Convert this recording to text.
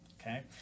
Okay